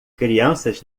crianças